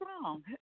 wrong